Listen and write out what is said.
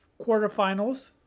quarterfinals